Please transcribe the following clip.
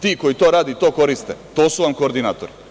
Ti koji to rade i to koriste, to su vam koordinatori.